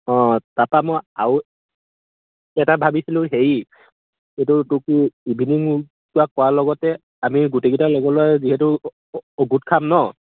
অঁ তাৰপৰা মই আৰু এটা ভাবিছিলোঁ হেৰি এইটো তোক কি ইভিনিং ৱাক কৰাৰ লগতে আমি গোটেইকেইটা লগৰ ল'ৰাই যিহেতু গোট খাম ন